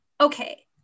okay